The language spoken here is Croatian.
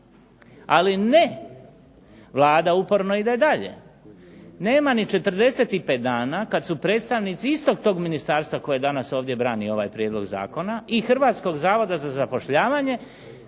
Ali ne! Vlada uporno ide dalje. Nema ni 45 dana kad su predstavnici istog tog ministarstva koje danas ovdje brani ovaj prijedlog zakona i Hrvatskog zavoda za zapošljavanje